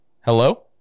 Hello